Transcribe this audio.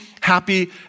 happy